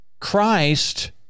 Christ